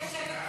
למה די?